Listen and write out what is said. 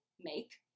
make